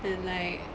and like